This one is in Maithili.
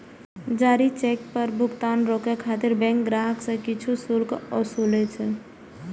जारी चेक पर भुगतान रोकै खातिर बैंक ग्राहक सं किछु शुल्क ओसूलै छै